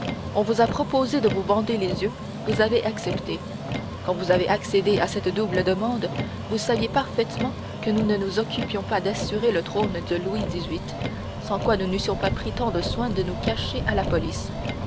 on vous a proposé de vous bander les yeux vous avez accepté quand vous avez accédé à cette double demande vous saviez parfaitement que nous ne nous occupions pas d'assurer le trône de louis xviii sans quoi nous n'eussions pas pris tant de soin de nous cacher à la police